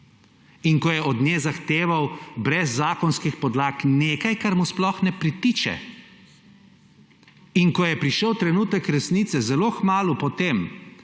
In ko je od nje zahteval brez zakonskih podlag nekaj, kar mu sploh ne pritiče. In ko je na dan prišel trenutek resnice, zelo kmalu po tem,